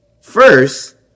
first